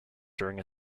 during